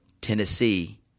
Tennessee